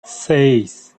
seis